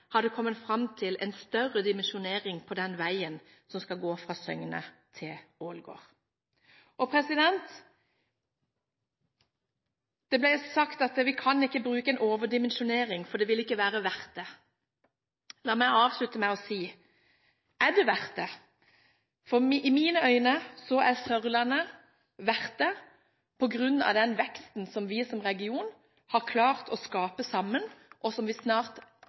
hadde kommet fram til en større dimensjonering av den veien som skal gå fra Søgne til Ålgård. Det ble sagt at vi ikke kan bruke en overdimensjonering, for det ville ikke være verdt det. La meg avslutte med å si: Er det verdt det? I mine øyne er Sørlandet verdt det på grunn av den veksten som vi som region har klart å skape sammen, og som vi snart